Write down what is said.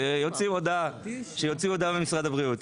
שיוציאו הודעה ממשרד הבריאות,